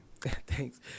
Thanks